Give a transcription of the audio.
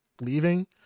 leaving